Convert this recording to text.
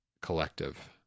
collective